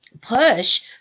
push